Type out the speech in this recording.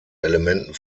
elementen